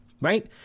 right